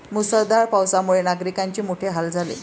मुसळधार पावसामुळे नागरिकांचे मोठे हाल झाले